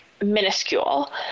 minuscule